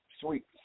sweet